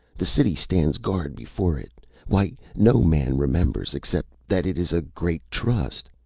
the city stands guard before it why, no man remembers, except that it is a great trust.